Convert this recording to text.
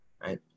Right